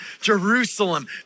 Jerusalem